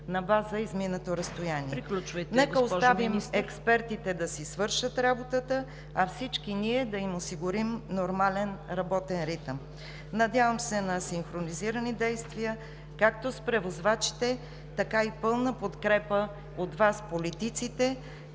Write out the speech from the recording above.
МИНИСТЪР ПЕТЯ АВРАМОВА: Нека оставим експертите да си свършат работата, а всички ние да им осигурим нормален работен ритъм. Надявам се на синхронизирани действия както с превозвачите, така и пълна подкрепа от Вас, политиците,